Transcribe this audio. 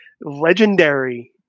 legendary